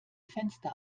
fenster